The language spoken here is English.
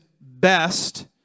best